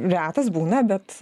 retas būna bet